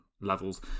levels